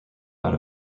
out